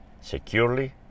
securely